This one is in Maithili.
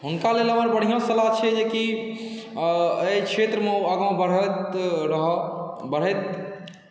हुनका लेल हमर बढ़िआँ सलाह छै जेकि एहि क्षेत्रमे ओ आगाँ बढ़ैत रहै बढ़ैत